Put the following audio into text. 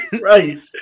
Right